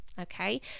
okay